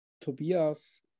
Tobias